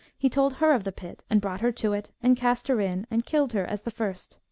he told her of the pit, and brought her to it, and cast her in, and killed her as the first.